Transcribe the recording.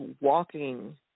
walking